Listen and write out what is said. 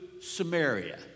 Samaria